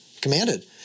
Commanded